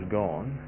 gone